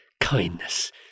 kindness